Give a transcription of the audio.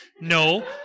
No